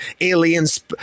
aliens